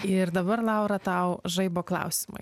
ir dabar laura tau žaibo klausimui